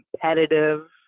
competitive